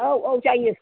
औ औ जायो